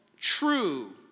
true